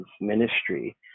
ministry